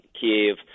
Kiev